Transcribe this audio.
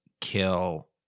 kill